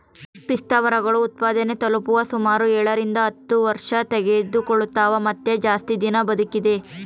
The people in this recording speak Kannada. ಪಿಸ್ತಾಮರಗಳು ಉತ್ಪಾದನೆ ತಲುಪಲು ಸುಮಾರು ಏಳರಿಂದ ಹತ್ತು ವರ್ಷತೆಗೆದುಕೊಳ್ತವ ಮತ್ತೆ ಜಾಸ್ತಿ ದಿನ ಬದುಕಿದೆ